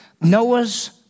Noah's